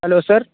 hello sir